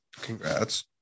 congrats